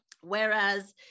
whereas